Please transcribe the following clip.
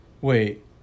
Wait